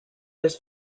this